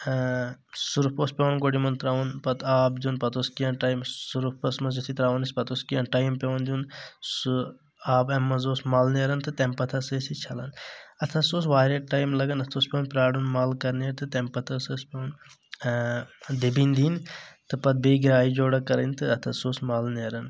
surf اوس پیٚوان گۄڈٕ یِمن ترٛاوُن پتہٕ آب دیُن پتہٕ اوس کیٚنٛہہ ٹایِمس سُرُفس منٛز یُتھے ترٛاوان أسۍ پتہٕ اوس کیٚنٛہہ ٹایِم پیٚوان دیُن سُہ آب أمہِ منٛز اوس مَل نیران تہٕ تٔمہِ پتہٕ ہسا ٲسۍ یہِ چھلان اَتھ ہسا اوس واریاہ ٹایِم لگان اَتھ اوس پیٚوان پرارُن مَل کر نیرِ تہٕ تٔمہِ پتہٕ اوس اسہِ پیٚوان دٔبِنۍ دِنۍ تہٕ پتہٕ بیٚیہِ گرٛایہِ جورا کڑٕنۍ تہٕ اتھ ہسا اوس مَل نیران